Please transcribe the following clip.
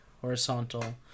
horizontal